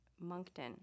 Moncton